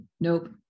nope